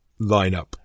lineup